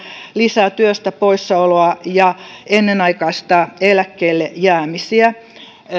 lisää työstä poissaoloa ja ennenaikaistaa eläkkeelle jäämisiä